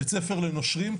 בית-ספר לנושרים,